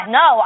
no